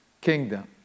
kingdom